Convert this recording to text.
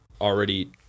already